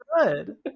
good